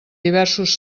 diversos